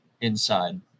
inside